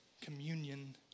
communion